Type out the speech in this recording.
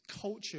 culture